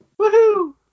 Woohoo